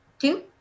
Two